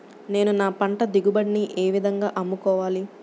నేను నా పంట దిగుబడిని ఏ విధంగా అమ్ముకోవాలి?